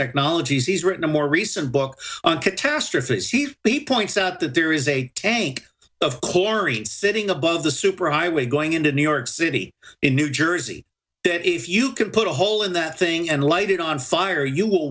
technologies he's written a more recent book on catastrophe he points out that there is a tank of chlorine sitting above the superhighway going into new york city in new jersey that if you can put a hole in that thing and light it on fire you will